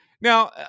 Now